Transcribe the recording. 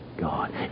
God